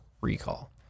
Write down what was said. recall